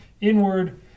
Inward